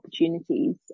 opportunities